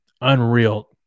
Unreal